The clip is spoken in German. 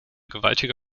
gewaltige